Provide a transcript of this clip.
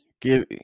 give